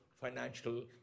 financial